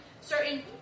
Certain